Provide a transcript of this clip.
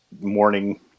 morning